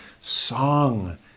song